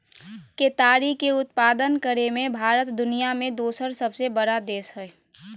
केताड़ी के उत्पादन करे मे भारत दुनिया मे दोसर सबसे बड़ा देश हय